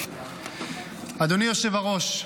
אדוני היושב-ראש,